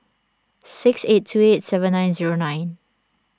six eight two eight seven nine zero nine